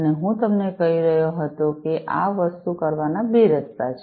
અને હું તમને કહી રહ્યો હતો કે આ વસ્તુ કરવાના બે રસ્તાઓ છે